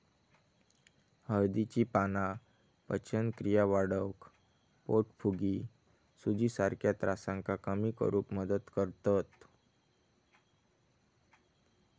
हळदीची पाना पचनक्रिया वाढवक, पोटफुगी, सुजीसारख्या त्रासांका कमी करुक मदत करतत